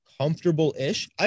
comfortable-ish